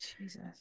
Jesus